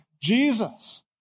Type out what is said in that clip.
Jesus